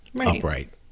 Upright